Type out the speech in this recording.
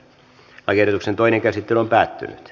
lakiehdotuksen toinen käsittely päättyi